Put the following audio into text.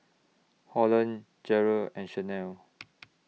Holland Jere and Shanell